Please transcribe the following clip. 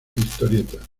historietas